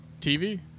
TV